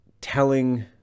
telling